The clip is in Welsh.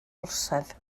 orsedd